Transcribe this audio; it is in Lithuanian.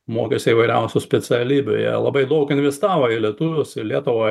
mokėsi įvairiausių specialybių jie labai daug investavo į lietuvius į lietuvą